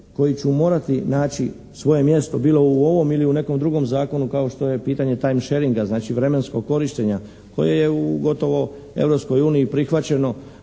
koji će morati naći svoje mjesto bilo u ovom ili u nekom drugom zakonu kao što je pitanje time sheringa. Znači, vremenskog korištenja koje je gotovo u Europskoj